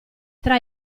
tra